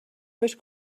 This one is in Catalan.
més